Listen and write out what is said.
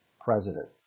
president